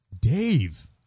Dave